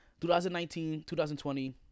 2019-2020